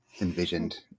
envisioned